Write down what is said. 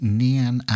nian